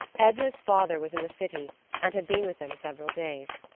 edna's father was in the city, and had been with them several days.